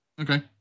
Okay